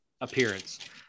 appearance